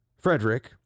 Frederick